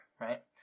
right